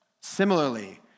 Similarly